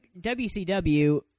WCW